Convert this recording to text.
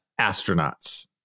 astronauts